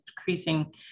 increasing